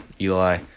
Eli